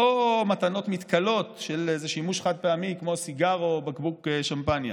לא מתנות מתכלות של איזה שימוש חד-פעמי כמו סיגר או בקבוק שמפניה.